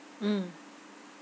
mm